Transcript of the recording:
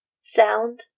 sound